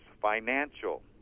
financial